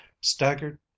staggered